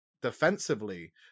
defensively